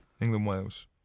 England-Wales